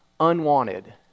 unwanted